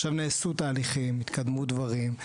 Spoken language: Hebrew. עכשיו, נעשו תהליכים, התקדמו דברים.